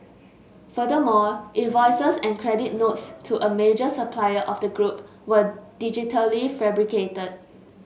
furthermore invoices and credit notes to a major supplier of the group were digitally fabricated